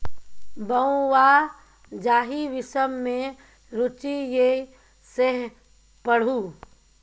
बौंआ जाहि विषम मे रुचि यै सैह पढ़ु